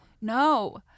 No